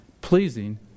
pleasing